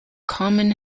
common